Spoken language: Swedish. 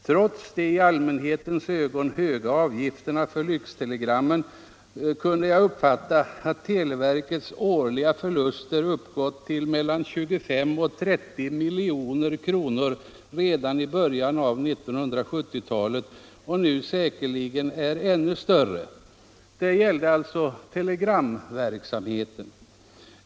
Trots de i allmänhetens ögon höga avgifterna för rikstelegram kunde jag förstå att televerkets årliga förluster på telegramverksamheten har uppgått till mellan 25 och 30 milj.kr. redan i början av 1970-talet och nu säkerligen är ännu större.